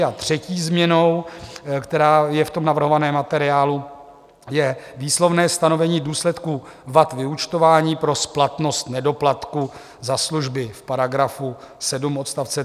A třetí změnou, která je v navrhovaném materiálu, je výslovné stanovení důsledků vad vyúčtování pro splatnost nedoplatku za služby v § 7 odst.